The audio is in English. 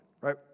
Right